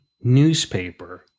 newspaper